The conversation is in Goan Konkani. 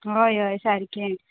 हय हय सारकें